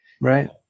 Right